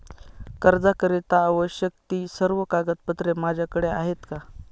कर्जाकरीता आवश्यक ति सर्व कागदपत्रे माझ्याकडे आहेत का?